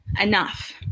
enough